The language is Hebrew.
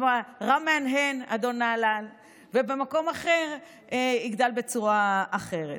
רם מהנהן, אדון נהלל, ובמקום אחר יגדל בצורה אחרת.